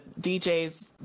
DJs